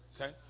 Okay